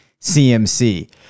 CMC